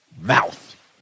mouth